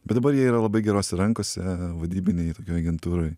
bet dabar jie yra labai gerose rankose vadybinėj tokioj agentūroj